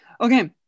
Okay